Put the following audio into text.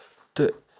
تہٕ